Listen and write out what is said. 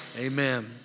Amen